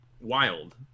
wild